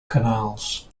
canals